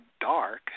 dark